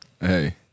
Hey